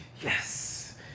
Yes